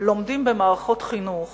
לומדים במערכות חינוך